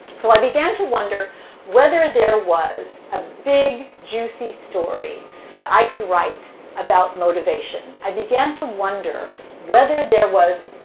so i began to wonder whether there was a big, juicy story that i could write about motivation. i began to wonder whether there was